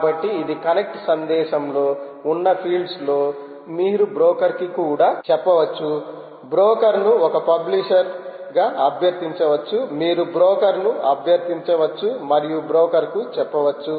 కాబట్టి ఇది కనెక్ట్ సందేశంలో ఉన్న ఫీల్డ్లో మీరు బ్రోకర్ కు కూడా చెప్పవచ్చు బ్రోకర్ ను ఒక పబ్లిషర్గా అభ్యర్థించవచ్చు మీరు బ్రోకర్ ను అభ్యర్థించవచ్చు మరియు బ్రోకర్ కు చెప్పవచ్చు